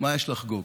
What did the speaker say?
מה יש לך לחגוג?